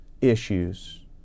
issues